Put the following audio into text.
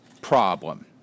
problem